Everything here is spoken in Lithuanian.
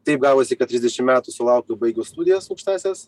taip gavosi kad trisdešim metų sulaukiu baigiau studijas aukštąsias